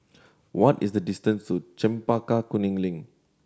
what is the distance to Chempaka Kuning Link